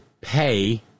pay